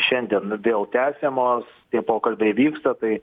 šiandien vėl tęsiamos tie pokalbiai vyksta tai